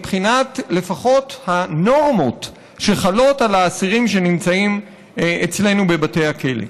לפחות מבחינת הנורמות שחלות על האסירים שנמצאים אצלנו בבתי הכלא.